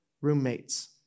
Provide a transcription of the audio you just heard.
roommates